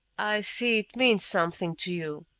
i see it means something to you.